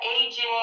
aging